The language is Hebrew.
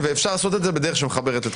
אני קורא אותך לסדר.